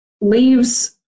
Leaves